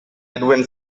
edwin